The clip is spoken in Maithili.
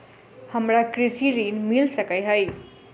हमरा कृषि ऋण मिल सकै है?